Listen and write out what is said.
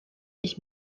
ich